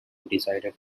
decided